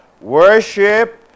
Worship